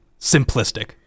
simplistic